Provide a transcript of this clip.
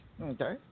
Okay